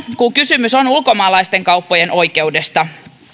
kun kysymys on ulkomaalaisten kauppojen oikeudesta